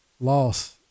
loss